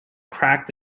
cracked